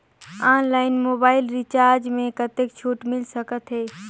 Online mobile recharge मे कतेक छूट मिल सकत हे?